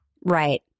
right